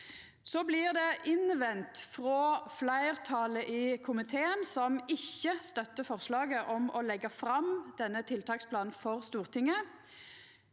Det blir innvendt frå fleirtalet i komiteen – som ikkje støttar forslaget om å leggja fram denne tiltaksplanen for Stortinget